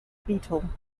beetle